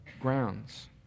grounds